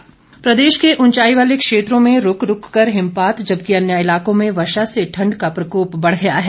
मौसम प्रदेश के ऊंचाई वाले क्षेत्रों में रूक रूक कर हिमपात जबकि अन्य इलाकों में वर्षा से ठंड का प्रकोप बढ़ गया है